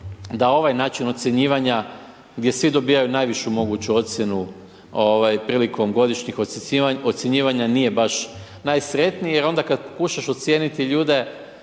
da ovaj način ocjenjivanja gdje svi dobivaju najvišu moguću ocjenu prilikom godišnjih ocjenjivanja nije baš najsretniji jer onda kada pokušaš ocijeniti ljude